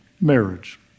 marriage